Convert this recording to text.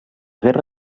guerra